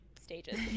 stages